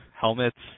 helmets